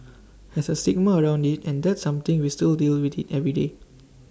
has A stigma around IT and that's something we still deal with every day